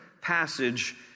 passage